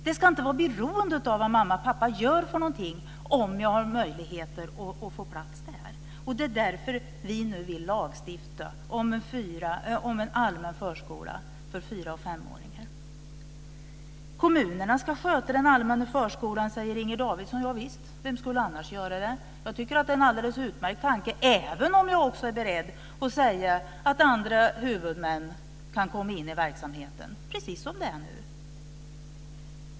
Det ska inte vara beroende av vad mamma och pappa gör om barnet har möjlighet att få plats där. Det är därför vi nu vill lagstifta om en allmän förskola för fyra och femåringar. Kommunerna ska sköta den allmänna förskolan, säger Inger Davidson, Javisst - vem skulle annars göra det? Jag tycker att det är en utmärkt tanke, även om jag också är beredd att säga att andra huvudmän kan komma in i verksamheten - precis som det är nu.